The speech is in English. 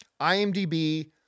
IMDb